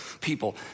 people